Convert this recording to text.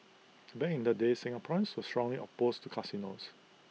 back in the day Singaporeans were strongly opposed to casinos